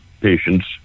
patients